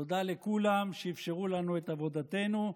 תודה לכולם, שאפשרו לנו את עבודתנו.